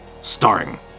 Starring